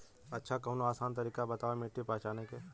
अच्छा कवनो आसान तरीका बतावा मिट्टी पहचाने की?